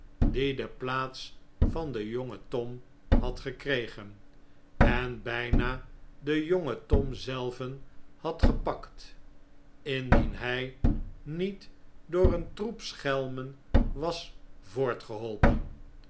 de plaats van den jongen tom had gekregen en bijna den jongen tom zelven had gepakt indien hij niet door een troep schelmen was